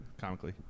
comically